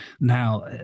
Now